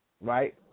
right